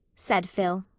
said phil,